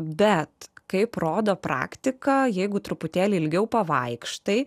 bet kaip rodo praktika jeigu truputėlį ilgiau pavaikštai